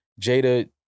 Jada